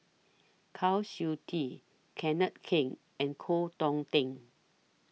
Kwa Siew Tee Kenneth Keng and Koh Hong Teng